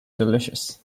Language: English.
delicious